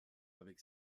avec